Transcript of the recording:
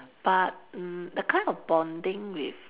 but mm the kind of bonding with